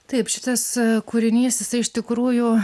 taip šitas kūrinys jisai iš tikrųjų